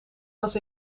was